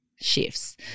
shifts